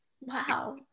Wow